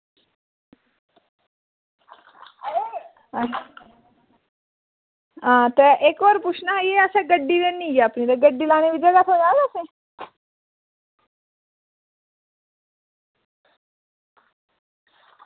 तां इक्क बार पुच्छना एह् कि असें गड्डी आह्न्नी दी ते गड्डी लानै गी जगह् थ्होऐ असें जां